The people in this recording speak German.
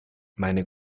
meine